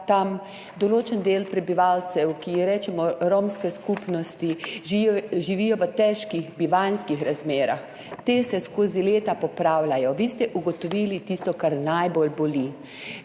tam določen del prebivalcev, ki jim rečemo romske skupnosti, živi v težkih bivanjskih razmerah, te se skozi leta popravljajo, vi ste ugotovili tudi tisto, kar najbolj boli